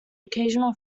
occasional